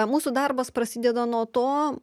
mūsų darbas prasideda nuo to